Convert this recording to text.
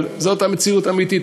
אבל זו המציאות האמיתית,